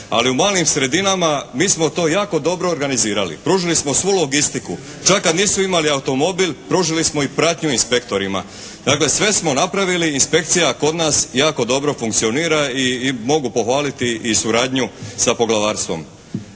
Ali u malim sredinama mi smo to jako dobro organizirali, pružili smo svu logistiku. Čak kad nisu imali automobil pružili smo i pratnju inspektorima. Dakle, sve smo napravili, inspekcija kod nas jako dobro funkcionira i mogu pohvali i suradnju sa poglavarstvom.